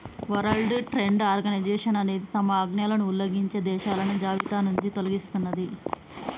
world trade organisation అనేది తమ ఆజ్ఞలను ఉల్లంఘించే దేశాలను జాబితానుంచి తొలగిస్తది